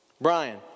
Brian